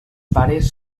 pares